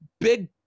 big